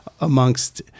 amongst